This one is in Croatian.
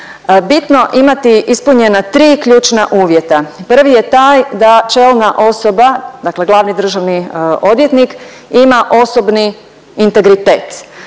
bitno imati ispunjena tri ključna uvjeta. Prvi je taj da će ona osoba dakle glavni državni odvjetnik, ima osobni integritet.